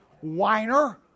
Whiner